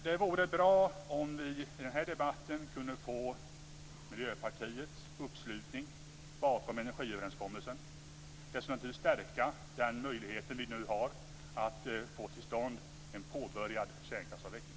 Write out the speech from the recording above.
Det vore bra om vi i den här debatten kunde få Miljöpartiets uppslutning bakom energiöverenskommelsen. Det skulle stärka den möjlighet som vi nu har att få till stånd en kärnkraftsavveckling.